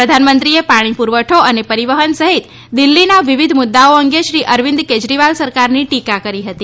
પ્રધાનમંત્રીએ પાણી પુરવઠો અને પરિવહન સહિત દિલ્હીના વિવિધ મુદ્દાઓ અંગે શ્રી અરવિંદ કેજરીવાલ સરકારની ટીકા કરી હતી